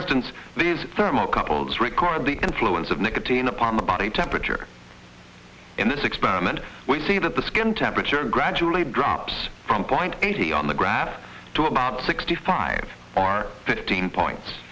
instance these thermocouples record the influence of nicotine upon the body temperature in this experiment we see that the skin temperature gradually drops from point eighty on the graph to about sixty five or fifteen points